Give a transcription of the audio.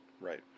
Right